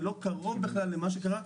זה לא קרוב בכלל למה שקרה,